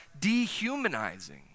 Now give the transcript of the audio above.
dehumanizing